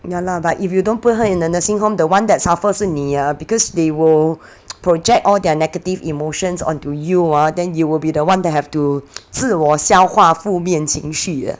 ya lah but if you don't put her in a nursing home the one that suffer 是你 ah because they will project all their negative emotions onto you ah then you will be the one they have to 自我消化负面情绪 uh